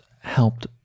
helped